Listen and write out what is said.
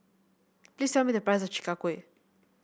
please tell me the price of Chi Kak Kuih